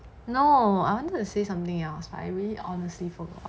no I want to say something else but I really honestly forgot